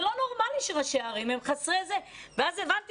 זה לא נורמלי שראשי הערים הם חסרי ואז הבנתי